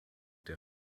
der